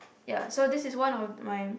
ya so this is one of my